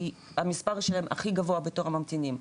המספר שלהם הכי גבוה בתור הממתינים,